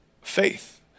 faith